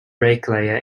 bricklayer